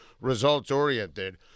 results-oriented